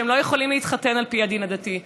שהם לא יכולים להתחתן על פי הדין הדתי,